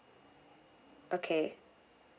okay